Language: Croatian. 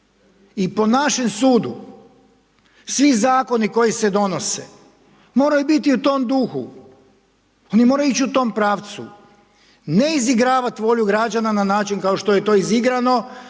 I po našem sudu, svi zakoni koji se donose moraju biti u tom duhu, oni moraju ići u tom pravcu, ne izigravati volju građana na način kao što je to izigrano,